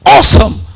Awesome